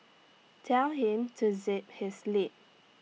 tell him to zip his lip